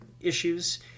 issues